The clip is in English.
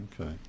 Okay